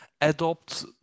adopt